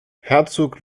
herzog